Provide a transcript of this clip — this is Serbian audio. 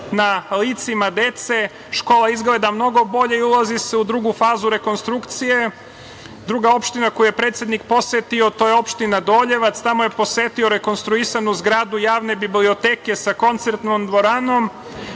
na licima dece, škola izgleda mnogo bolje i ulazi se u drugu fazu rekonstrukcije. Druga opština koju je predsednik posetio je opština Doljevac. Tamo je posetio rekonstruisanu zgradu javne biblioteke sa koncertnom dvoranom.